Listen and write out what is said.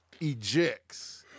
ejects